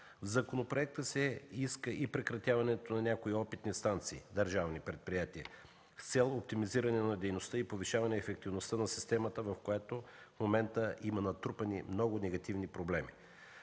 В законопроекта се иска и прекратяването на някои опитни станции – държавни предприятия, с цел оптимизиране на дейността и повишаване ефективността на системата, в която в момента има натрупани много негативни проблеми.